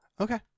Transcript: Okay